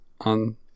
on